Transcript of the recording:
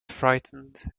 frightened